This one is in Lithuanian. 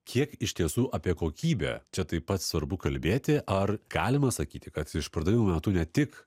kiek iš tiesų apie kokybę čia taip pat svarbu kalbėti ar galima sakyti kad išpardavimų metu ne tik